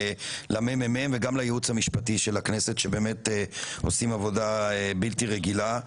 למ.מ.מ וגם לייעוץ המשפטי של הכנסת שבאמת עושים עבודה בלתי רגילה,